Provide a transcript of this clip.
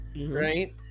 right